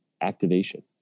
activation